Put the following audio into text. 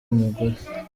umugore